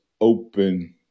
open